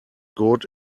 good